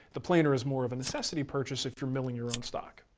the planer is more of a necessity purchase if you're milling your own stock.